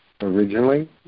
Originally